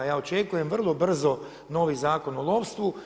Ja očekujem vrlo brzo novi Zakon o lovstvu.